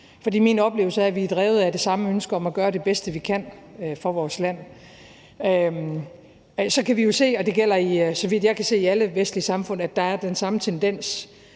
min oplevelse er, at vi er drevet af det samme ønske om at gøre det bedste, vi kan, for vores land. Så kan vi jo se – og det gælder,